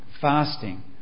fasting